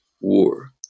war